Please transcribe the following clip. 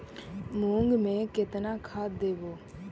मुंग में केतना खाद देवे?